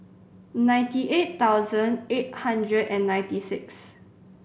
ninety eight thousand eight hundred and ninety six